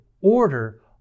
order